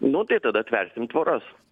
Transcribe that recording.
nu tai tada tversim tvoras